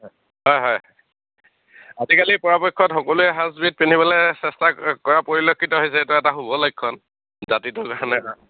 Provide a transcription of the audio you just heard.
হয় হয় আজিকালি পৰাপক্ষত সকলোৱে সাজবিধ পিন্ধিবলে চেষ্টা কৰা পৰিলক্ষিত হৈছে এইটো এটা শুভ লক্ষণ জাতিটোৰ কাৰণে এটা